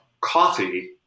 coffee